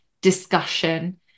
discussion